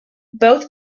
both